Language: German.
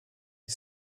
die